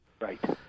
right